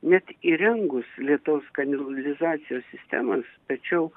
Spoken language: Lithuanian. net įrengus lietaus kanalizacijos sistemas tačiau